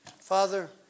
Father